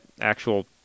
actual